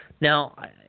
Now